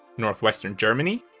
northwestern germany,